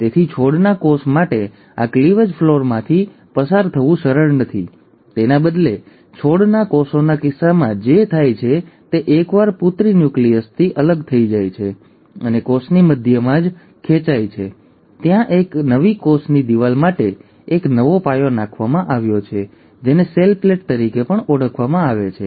તેથી છોડના કોષ માટે આ ક્લીવેજ ફર્લોમાંથી પસાર થવું સરળ નથી તેના બદલે છોડના કોષોના કિસ્સામાં જે થાય છે તે એકવાર પુત્રી ન્યુક્લીયસ અલગ થઈ જાય છે અને કોષની મધ્યમાં જ ખેંચાય છે ત્યાં એક નવી કોષની દિવાલ માટે એક નવો પાયો નાખવામાં આવે છે જેને સેલ પ્લેટ તરીકે ઓળખવામાં આવે છે